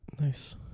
Nice